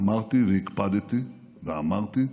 אמרתי והקפדתי ואמרתי,